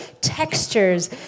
textures